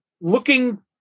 looking